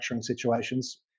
situations